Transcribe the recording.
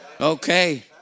Okay